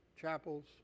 chapels